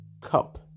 cup